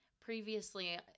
Previously